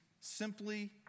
simply